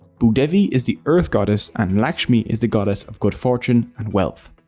bhu devi is the earth goddess and lakshmi is the goddess of good fortune and wealth.